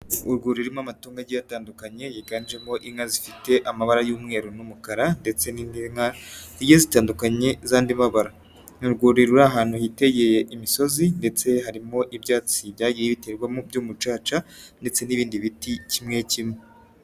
urwuri rurimo amatungo agiye atandukanye. Yiganjemo: inka zifite amabara y'umweru n'umukara ndetse n'indi nka zitandukanye z'andi mabara. Ni urwuri ruri ahantu hitegeye imisozi ndetse harimo ibyatsi byagiye biterwamo by'umucaca ndetse n'ibindi biti kimwe kimwe.